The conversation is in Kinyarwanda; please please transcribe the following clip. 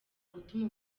gutuma